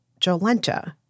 Jolenta